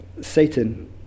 satan